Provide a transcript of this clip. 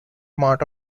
amount